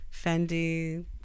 fendi